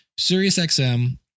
SiriusXM